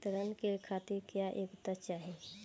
ऋण के खातिर क्या योग्यता चाहीं?